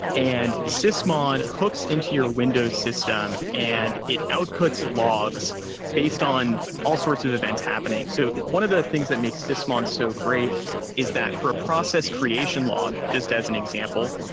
and sysmon hooks into your windows system and it outputs logs based on all sorts of events happening. so one of the things that make sysmon so great is that for a process creation log, just as an example,